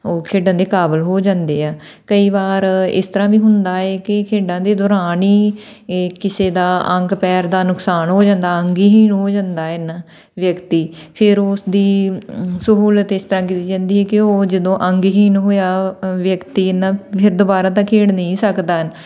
ਉਹ ਖੇਡਣ ਦੇ ਕਾਬਲ ਹੋ ਜਾਂਦੇ ਆ ਕਈ ਵਾਰ ਇਸ ਤਰ੍ਹਾਂ ਵੀ ਹੁੰਦਾ ਏ ਕਿ ਖੇਡਾਂ ਦੇ ਦੌਰਾਨ ਹੀ ਏ ਕਿਸੇ ਦਾ ਅੰਗ ਪੈਰ ਦਾ ਨੁਕਸਾਨ ਹੋ ਜਾਂਦਾ ਅੰਗਹੀਣ ਹੋ ਜਾਂਦਾ ਇੰਨਾਂ ਵਿਅਕਤੀ ਫਿਰ ਉਸਦੀ ਸਹੂਲਤ ਇਸ ਤਰਾਂ ਕੀਤੀ ਜਾਂਦੀ ਹੈ ਕਿ ਉਹ ਜਦੋਂ ਅੰਗਹੀਣ ਹੋਇਆ ਵਿਅਕਤੀ ਨਾ ਫਿਰ ਦੁਬਾਰਾ ਤਾਂ ਖੇਡ ਨਹੀਂ ਸਕਦਾ ਹਨ